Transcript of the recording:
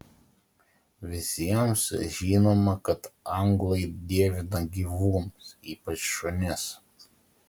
visiems žinoma kad anglai dievina gyvūnus ypač šunis